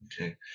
Okay